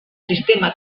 sistema